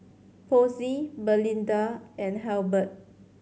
Posey Belinda and Halbert